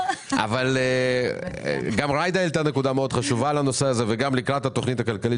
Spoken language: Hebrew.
גם ג'ידא העלתה נקודה מאוד חשובה לנושא הזה וגם לקראת התכנית הכלכלית